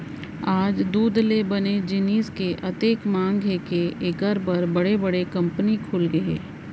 आज दूद ले बने जिनिस के अतेक मांग हे के एकर बर बड़े बड़े कंपनी खुलगे हे